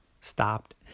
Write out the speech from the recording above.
stopped